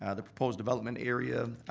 ah the proposed development area,